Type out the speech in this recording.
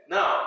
Now